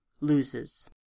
Loses